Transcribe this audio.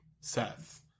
Seth